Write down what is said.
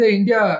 India